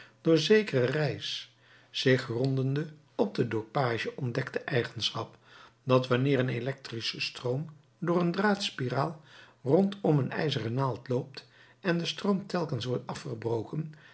door zekeren reis zich grondende op de door page ontdekte eigenschap dat wanneer een elektrische stroom door een draadspiraal rondom een ijzeren naald loopt en de stroom telkens wordt afgebroken